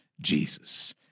Jesus